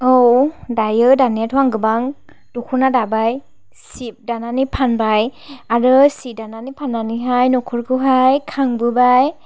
औ दायो दानायाथ' आं गोबां दख'ना दाबाय सि दानानै फानबाय आरो सि दानानै फान्नानैहाय न'खरखौहाय खांबोबाय